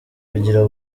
bugira